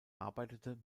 arbeitete